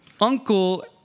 uncle